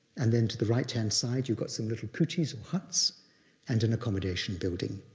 and then to the right-hand side, you've got some little koochies or huts and an accommodation building.